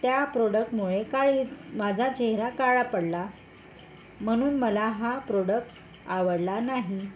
त्या प्रोडक्टमुळे काळी माझा चेहरा काळा पडला म्हणून मला हा प्रोडक्ट आवडला नाही